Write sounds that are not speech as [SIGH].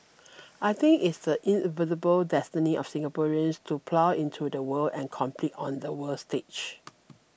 I think it's the [UNINTELLIGIBLE] destiny of Singaporeans to plug into the world and compete on the world stage